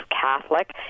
Catholic